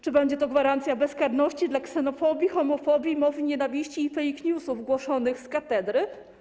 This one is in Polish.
Czy będzie to gwarancja bezkarności dla ksenofobii, homofobii, mowy nienawiści i fake newsów głoszonych z katedry?